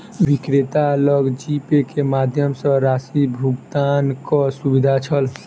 विक्रेता लग जीपे के माध्यम सॅ राशि भुगतानक सुविधा छल